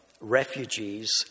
refugees